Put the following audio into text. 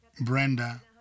Brenda